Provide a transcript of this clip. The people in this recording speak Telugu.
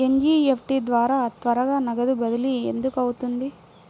ఎన్.ఈ.ఎఫ్.టీ ద్వారా త్వరగా నగదు బదిలీ ఎందుకు అవుతుంది?